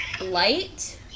Light